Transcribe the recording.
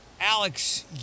Alex